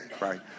right